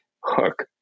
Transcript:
hook